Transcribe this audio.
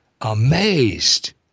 amazed